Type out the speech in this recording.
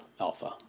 Alpha